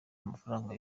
amafaranga